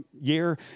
year